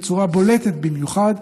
בצורה בולטת במיוחד,